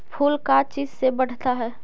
फूल का चीज से बढ़ता है?